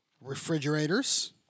refrigerators